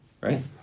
right